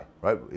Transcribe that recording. Right